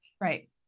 Right